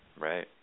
Right